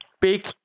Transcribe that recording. big